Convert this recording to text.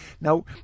Now